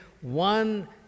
one